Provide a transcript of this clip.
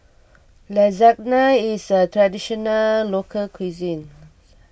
Lasagna is a Traditional Local Cuisine